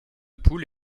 poules